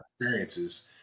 Experiences